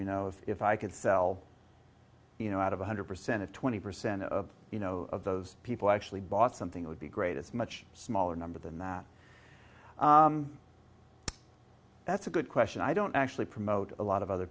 you know if i could sell you know out of a hundred percent of twenty percent of you know of those people actually bought something would be great it's much smaller number than that that's a good question i don't actually promote a lot of other